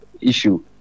issue